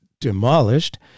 demolished